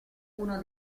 uno